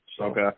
Okay